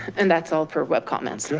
and that's all for web comments. yeah